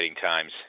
times